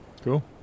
Cool